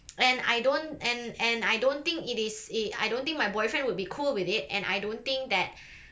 and I don't and and I don't think it is it I don't think my boyfriend would be cool with it and I don't think that